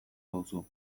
duzu